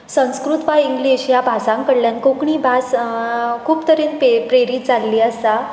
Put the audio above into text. संस्कृत वा इंग्लीश ह्या भासां कडल्यान कोंकणी भास खूब तरेन प्रेरीत जाल्या